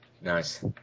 nice